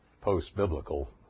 post-biblical